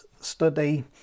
study